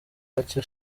bacye